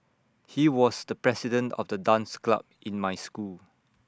he was the president of the dance club in my school